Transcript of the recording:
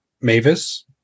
Mavis